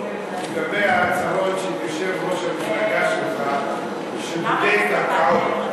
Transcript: לגבי ההצהרות של יושב-ראש המפלגה שלך שבודק קרקעות.